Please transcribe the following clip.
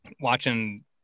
watching